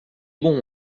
bon